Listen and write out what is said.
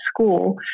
school